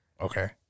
Okay